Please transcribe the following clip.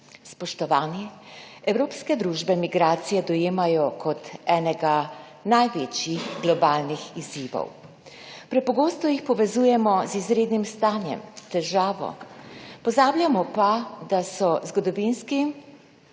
Spoštovani, evropske družbe migracije dojemajo kot enega največjih globalnih izzivov. Prepogosto jih povezujemo z izrednim stanjem, težavo, pozabljamo pa, da so zgodovinski